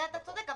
זה אתה צודק.